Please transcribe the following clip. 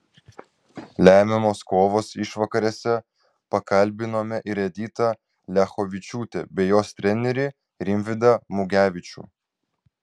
lemiamos kovos išvakarėse pakalbinome ir editą liachovičiūtę bei jos trenerį rimvydą mugevičių